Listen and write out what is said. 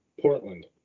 Portland